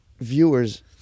viewers